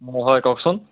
অঁ হয় কওকচোন